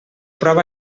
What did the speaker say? prova